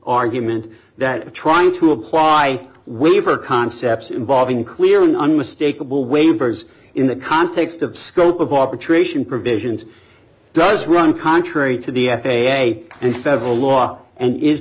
argument that trying to apply with her concepts involving clear and unmistakable waivers in the context of scope of arbitration provisions does run contrary to the f a a and federal law and is